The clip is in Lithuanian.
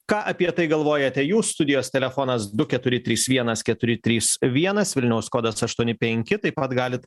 ką apie tai galvojate jūs studijos telefonas du keturi trys vienas keturi trys vienas vilniaus kodas aštuoni penki taip pat galit